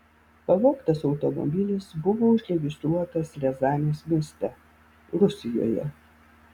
pavogtas automobilis buvo užregistruotas riazanės mieste rusijoje